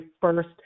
first